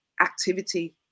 activity